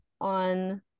on